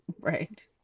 right